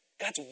God's